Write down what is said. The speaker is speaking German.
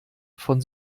von